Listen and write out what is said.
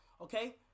okay